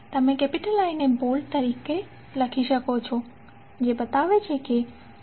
તમે I ને bold માં લખી શકો છો જે બતાવે છે કે આ કરંટની ફેઝર રજૂઆત છે